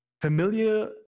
familiar